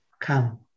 Come